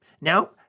Now